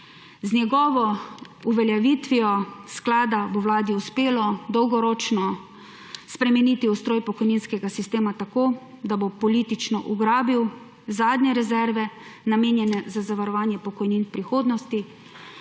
Z njegovo uveljavitvijo sklada bo Vladi uspelo dolgoročno spremeniti ustroj pokojninskega sistema tako, da bo politično ugrabil zadnje rezerve, namenjene za zavarovanje pokojnin v prihodnosti,